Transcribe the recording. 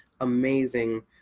amazing